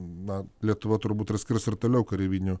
na lietuva turbūt ir skirs ir toliau kareivinių